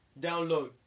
download